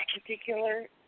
particular